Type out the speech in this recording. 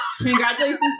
Congratulations